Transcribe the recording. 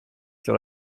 sur